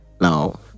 Now